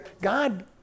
God